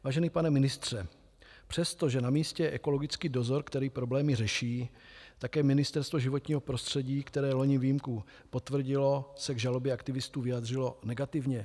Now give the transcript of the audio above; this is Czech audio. Vážený pane ministře, přesto, že na místě je ekologický dozor, který problémy řeší, také Ministerstvo životního prostředí, které loni výjimku potvrdilo, se k žalobě aktivistů vyjádřilo negativně.